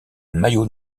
maillot